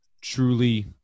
truly